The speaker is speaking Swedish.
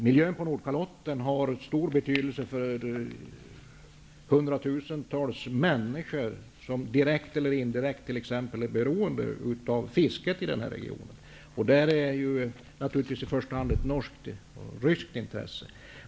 Miljön på Nordkalotten har stor betydelse för hundratusentals människor som direkt eller indirekt är beroende av t.ex. fisket i den här regionen. Detta är naturligtvis i första hand ett norskt och ryskt intresse.